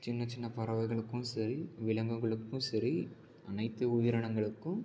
சின்ன சின்ன பறவைகளுக்கும் சரி விலங்குகளுக்கும் சரி அனைத்து உயிரினங்களுக்கும்